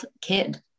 kid